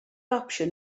opsiwn